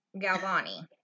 Galvani